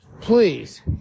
please